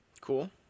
cool